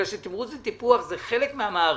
תמרוץ וטיפוח זה חלק מהמערכת,